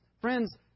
Friends